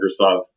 Microsoft